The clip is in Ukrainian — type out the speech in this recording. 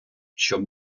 щоб